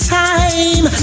time